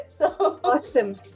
Awesome